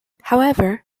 however